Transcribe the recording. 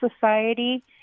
Society